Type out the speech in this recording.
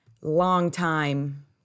longtime